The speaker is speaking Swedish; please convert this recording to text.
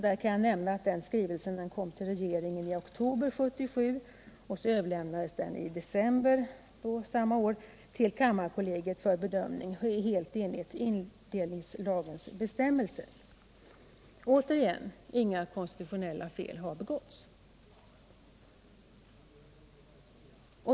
Jag kan nämna att den skrivelsen kom till regeringen den 22 oktober 1977 och den 1 december samma år överlämnades den till kammarkollegiet för bedömning — helt i enlighet med indelningslagens bestämmelser. Återigen: inga konstitutionella fel har begåtts.